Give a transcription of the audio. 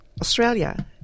Australia